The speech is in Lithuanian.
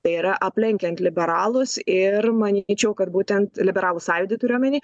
tai yra aplenkiant liberalus ir manyčiau kad būtent liberalų sąjūdį turiu omeny